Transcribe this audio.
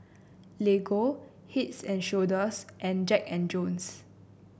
Lego Heads and Shoulders and Jack And Jones